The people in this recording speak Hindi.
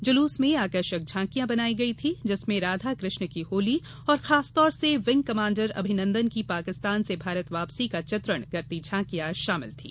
जुलूस में आकर्षक झांकियां बनायी गयी थी जिसमें राधा कृष्ण की होली और खास तौर से विंग कमांडर अभिनंदन की पाकिस्तान से भारत वापसी का चित्रण करती झांकियां शामिल थी